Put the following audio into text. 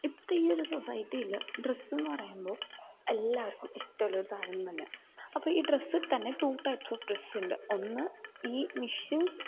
ഇപ്പോഴത്തെ ഈ ഒരു സൊസൈറ്റിയിൽ ഡ്രസ്സെന്നു പറയുമ്പോൾ എല്ലാവർക്കും ഇഷ്ടമുള്ളൊരു സാധനം തന്നെ അപ്പം ഈ ഡ്രസ്സിൽ തന്നെ ടു ടൈപ്സ് ഓഫ് ഡ്രസ്സുണ്ട് ഒന്ന് ഈ മഷീൻസ്